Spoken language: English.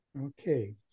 Okay